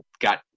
got